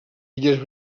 illes